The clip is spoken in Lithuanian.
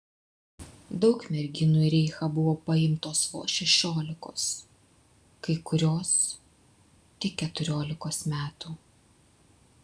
daug merginų į reichą buvo paimtos vos šešiolikos kai kurios tik keturiolikos metų